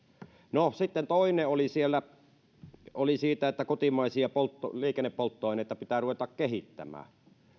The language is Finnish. no sitten toinen oli siitä että kotimaisia liikennepolttoaineita pitää ruveta kehittämään